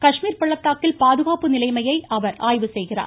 காஷ்மீர் பள்ளத்தாக்கில் பாதுகாப்பு நிலைமையை அவர் அங்கு ஆய்வு செய்கிறார்